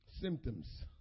Symptoms